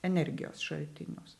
energijos šaltinius